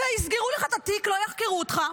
ויסגרו לך את התיק, לא יחקרו אותך.